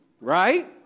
Right